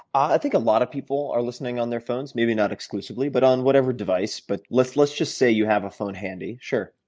i think a lot of people are listening on their phones maybe not exclusively but on whatever device but let's let's just say you have a phone handy, sure.